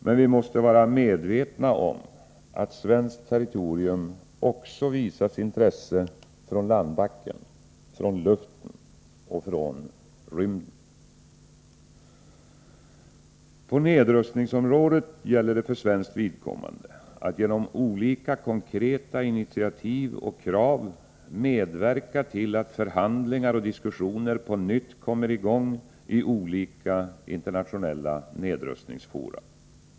Men vi måste vara medvetna om att svenskt territorium också visas intresse från landbacken, från luften och från rymden. På nedrustningsområdet gäller det för svenskt vidkommande att genom olika konkreta initiativ och krav medverka till att förhandlingar och diskussioner på nytt kommer i gång i olika internationella nedrustningsfora.